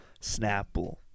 Snapple